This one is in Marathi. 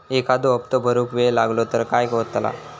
एखादो हप्तो भरुक वेळ लागलो तर काय होतला?